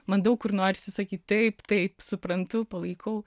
man daug kur norisi sakyt taip taip suprantu palaikau